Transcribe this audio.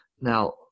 Now